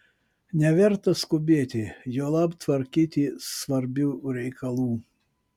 neverta skubėti juolab tvarkyti svarbių reikalų